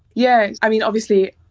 yeah, i mean, obviously,